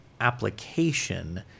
application